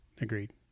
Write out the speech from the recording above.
Agreed